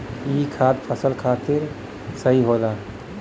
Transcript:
ई खाद फसल खातिर सही होला